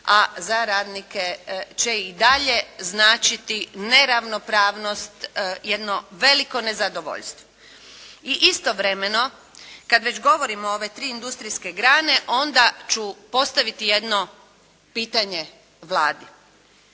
a za radnike će i dalje značiti neravnopravnost, jedno veliko nezadovoljstvo. I istovremeno kada već govorimo o ove tri industrijske grane onda ću postaviti jedno pitanje Vladi.